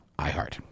iHeart